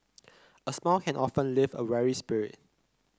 a smile can often lift a weary spirit